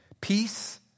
peace